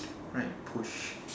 right push